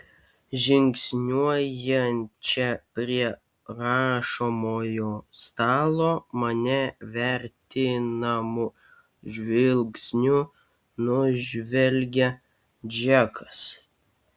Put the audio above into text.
žingsniuojančią prie rašomojo stalo mane vertinamu žvilgsniu nužvelgia džekas